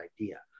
idea